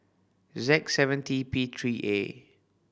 z seven T P three A